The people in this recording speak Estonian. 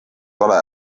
vale